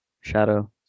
shadow